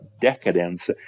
decadence